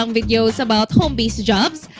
um videos about home-based jobs